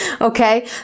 okay